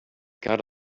got